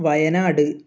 Wayanad